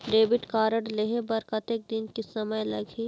Debit card लेहे बर कतेक दिन के समय लगही?